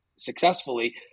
successfully